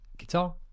Guitar